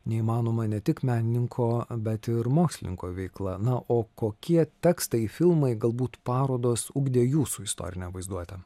neįmanoma ne tik menininko bet ir mokslininko veikla na o kokie tekstai filmai galbūt parodos ugdė jūsų istorinę vaizduotę